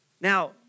Now